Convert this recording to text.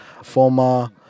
former